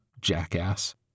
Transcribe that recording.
Jackass